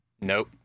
Nope